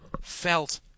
felt